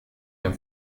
dem